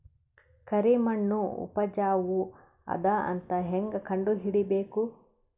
ಕರಿಮಣ್ಣು ಉಪಜಾವು ಅದ ಅಂತ ಹೇಂಗ ಕಂಡುಹಿಡಿಬೇಕು?